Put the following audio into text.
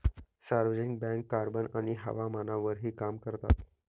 सार्वजनिक bank carbon आणि हवामानावरही काम करतात